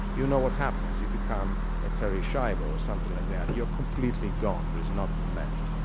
you know what happens you become a terri schiavo or something like that you're completely gone, there is nothing left,